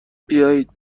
بیاید